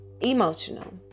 emotional